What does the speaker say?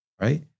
right